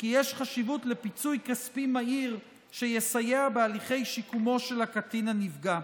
וכי יש חשיבות לפיצוי כספי מהיר שיסייע בהליכי שיקומו של הקטין הנפגע.